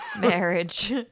Marriage